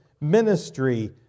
ministry